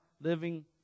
living